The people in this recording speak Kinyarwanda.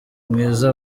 mwiza